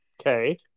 Okay